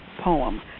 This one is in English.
poem